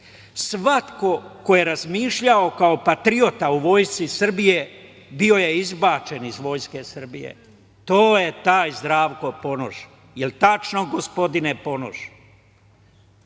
Svako ko je razmišljao kao patriota o vojsci Srbije, bio je izbačen iz vojske Srbije. To je taj Zdravko Ponoš. Jel tačno, gospodine Ponoš?